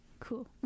Cool